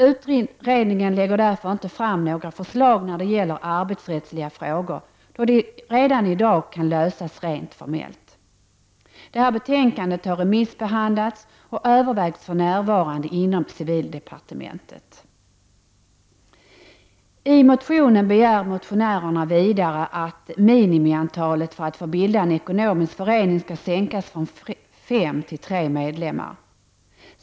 Utredningen lägger därför inte fram några förslag när det gäller arbetsrättsliga frågor, då de redan i dag kan lösas rent formellt. Betänkandet har remissbehandlats och övervägs för närvarande inom civildepartementet. I motionen begär motionärerna vidare att minimiantalet för att få bilda en ekonomisk förening skall sänkas från fem till tre medlemmar.